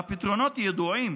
והפתרונות ידועים.